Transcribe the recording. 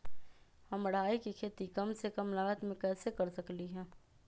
हम राई के खेती कम से कम लागत में कैसे कर सकली ह?